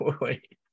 wait